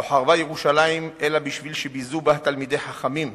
לא חרבה ירושלים אלא בשביל שביזו בה תלמידי חכמים,